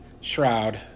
Shroud